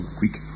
quick